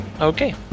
okay